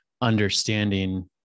understanding